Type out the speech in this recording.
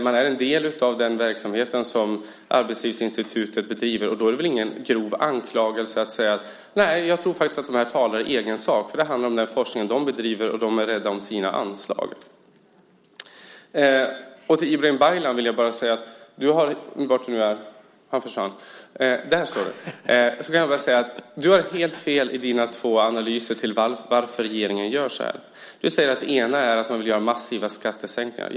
De är en del av den verksamhet som Arbetslivsinstitutet bedriver. Då är det väl ingen grov anklagelse att säga att jag faktiskt tror att de här personerna talar i egen sak. Det handlar om den forskning de bedriver, och de är rädda om sina anslag. Till Ibrahim Baylan vill jag säga att du har helt fel i dina två analyser av varför regeringen gör så här. Det ena är att du säger att man vill göra massiva skattesänkningar.